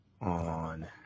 on